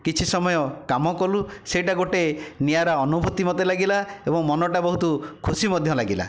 କିଛି ସମୟ କାମ କଲୁ ସେଇଟା ଗୋଟିଏ ନିଆରା ଅନୁଭୂତି ମୋତେ ଲାଗିଲା ଏବଂ ମନଟା ବହୁତ ଖୁସି ମଧ୍ୟ ଲାଗିଲା